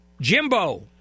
Jimbo